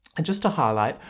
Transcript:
and just to highlight,